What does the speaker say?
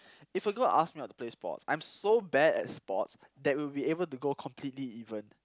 if a girl ask me out to play sports I'm so bad at sports that we'll be able to go completely even